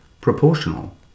proportional